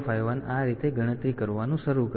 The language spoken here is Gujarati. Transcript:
તેથી 8051 આ રીતે ગણતરી કરવાનું શરૂ કરશે